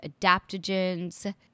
adaptogens